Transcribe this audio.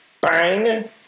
Bang